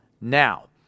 now